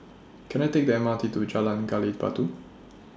Can I Take The M R T to Jalan Gali Batu